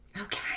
Okay